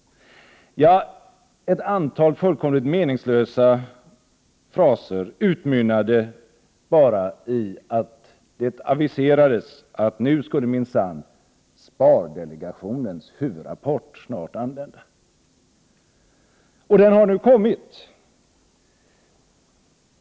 Men ett antal fullkomligt meningslösa fraser utmynnade bara i att det aviserades att nu skulle minsann spardelegationens huvudrapport snart anlända. Den har nu kommit.